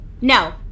No